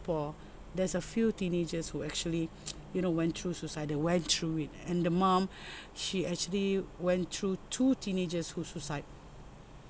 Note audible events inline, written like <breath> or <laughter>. there's a few teenagers who actually <noise> you know went through suicidal went through it and the mom <breath> she actually went through two teenagers who suicide